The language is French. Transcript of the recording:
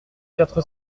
quatre